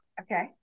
Okay